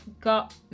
got